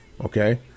Okay